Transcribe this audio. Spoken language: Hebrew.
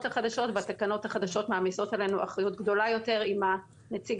החדשות והתקנות החדשות מעמיסות עלינו אחריות גדולה יותר עם הנציג